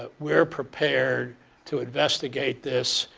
ah we're prepared to investigate this.